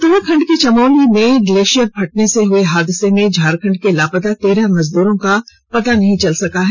उत्तराखंड के चमोली में ग्लेशियर फटने से हए हादसे में झारखंड के लापता तेरह मजदूरों का अबतक पता नहीं चल सका है